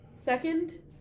Second